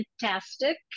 fantastic